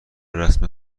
رسم